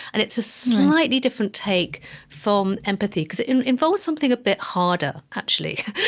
and it's a slightly different take from empathy, because it and involves something a bit harder, actually.